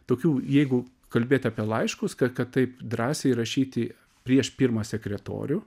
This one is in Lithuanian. tokių jeigu kalbėt apie laiškus kad kad taip drąsiai rašyti prieš pirmą sekretorių